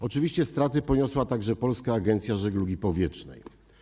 Oczywiście straty poniosła także Polska Agencja Żeglugi Powietrznej.